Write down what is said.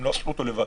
הם לא עשו אותו לבד.